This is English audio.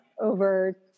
over